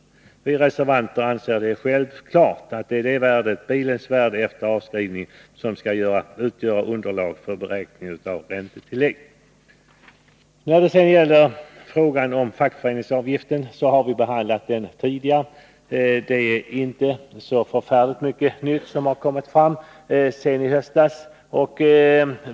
Vi reservanter anser det självklart att det är bilens värde efter avskrivning som skall utgöra underlag för beräkning av räntetillägg. Frågan om fackföreningsavgifter har vi behandlat tidigare. Det är inte särskilt mycket nytt som har kommit fram sedan i höstas.